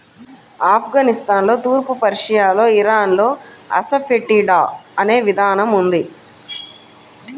ఆఫ్ఘనిస్తాన్లో, తూర్పు పర్షియాలో, ఇరాన్లో అసఫెటిడా అనే విధానం ఉంది